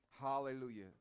Hallelujah